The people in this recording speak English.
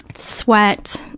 sweat,